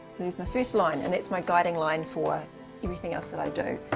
there's my first line and it's my guiding line for everything else that i do.